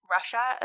Russia